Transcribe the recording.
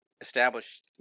establish